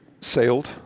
sailed